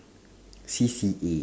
C_C_A